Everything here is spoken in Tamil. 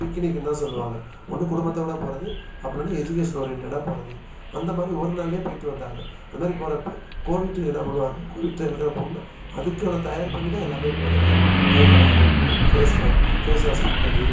பிக்கினிக்குன்னு தான் சொல்லுவாங்க ஒன்று குடும்பத்தோடு போகிறது அப்படி இல்லைன்னா எஜிகேஷன் ஓரியென்ட்டடாக போகிறது அந்த மாதிரி ஒரு நாளிலேயே போய்கிட்டு வந்தாங்க அந்த மாரி போகிறப்ப கோவிட்டுக்கு என்ன பண்ணுவாங்க கோவிட் டைமில் ஏதாவது போகணுன்னா அதுக்கான தயார் பண்ணி தான் எல்லாமே போகிறது கை கால் அலம்றது ஃபேஸ் பண் ஃபேஸ் வாஸ் பண்ணுறது